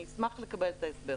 אני אשמח לקבל תשובה.